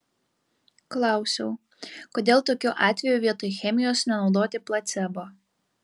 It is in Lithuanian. klausiau kodėl tokiu atveju vietoj chemijos nenaudoti placebo